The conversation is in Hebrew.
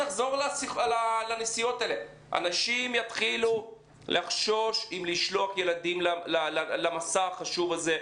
נחזור לנסיעות האלה אנשים יתחילו לחשוש לשלוח ילדים למסע החשוב הזה,